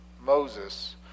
Moses